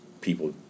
people